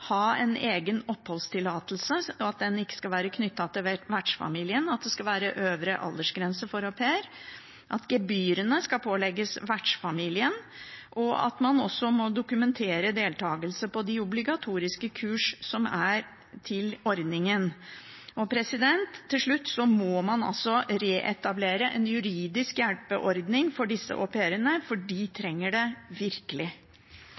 ha en egen oppholdstillatelse, at den ikke skal være knyttet til vertskapsfamilien, at det skal være øvre aldersgrense for au pairer, at gebyrene skal pålegges vertsfamilien, og at man også må dokumentere deltakelse på de obligatoriske kurs som er til ordningen. Og til slutt: Man må altså reetablere en juridisk hjelpeordning for disse au pairene, for de trenger det virkelig.